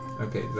Okay